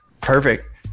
Perfect